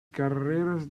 carreras